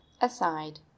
aside